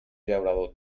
llaurador